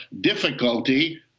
difficulty